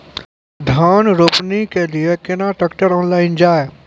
धान रोपनी के लिए केन ट्रैक्टर ऑनलाइन जाए?